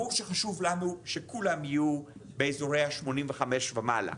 ברור שחשוב לנו שכולם יהיו באזורי ה-85 ומעלה,